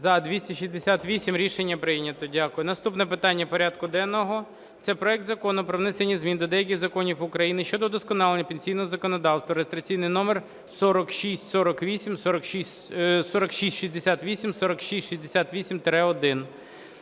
За-268 Рішення прийнято. Дякую. Наступне питання порядку денного – це проект Закону про внесення змін до деяких законів України щодо вдосконалення пенсійного законодавства (реєстраційний номер 4668, 4668-1).